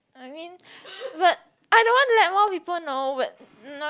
I mean but I don't want let more people know but